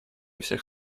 всех